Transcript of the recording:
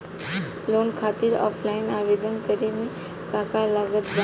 Loan खातिर offline आवेदन करे म का का लागत बा?